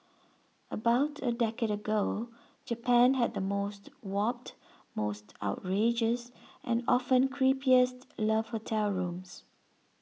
about a decade ago Japan had the most warped most outrageous and often creepiest love hotel rooms